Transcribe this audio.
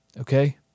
Okay